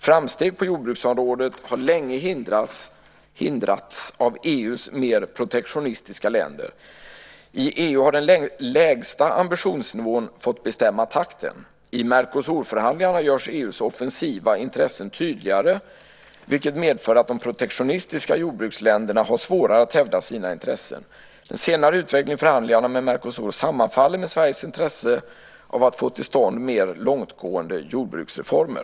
Framsteg på jordbruksområdet har länge hindrats av EU:s mer protektionistiska länder. I EU har den lägsta ambitionsnivån fått bestämma takten. I Mercosurförhandlingarna görs EU:s offensiva intressen tydligare, vilket medför att de protektionistiska jordbruksländerna har svårare att hävda sina intressen. Den senare utvecklingen i förhandlingarna med Mercosur sammanfaller med Sveriges intresse av att få till stånd mer långtgående jordbruksreformer.